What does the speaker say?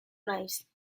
naiz